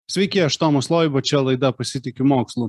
sveiki aš tomas loiba čia laida pasitikiu mokslu